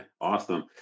awesome